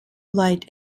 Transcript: light